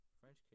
French